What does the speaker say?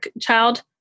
child